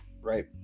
right